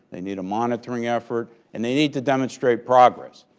they need a monitoring effort. and they need to demonstrate progress.